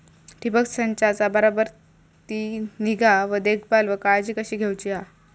ठिबक संचाचा बराबर ती निगा व देखभाल व काळजी कशी घेऊची हा?